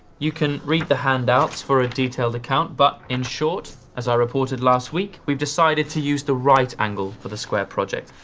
you can read the handouts for a detailed account, but in short, as i reported last week, we've decided to use the right angle for the square project.